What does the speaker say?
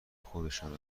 خودشان